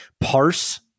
parse